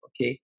Okay